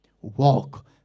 Walk